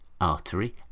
artery